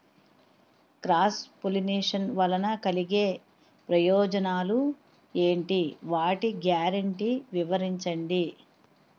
Cross pollination వలన కలిగే ప్రయోజనాలు ఎంటి? వాటి గ్యారంటీ వివరించండి?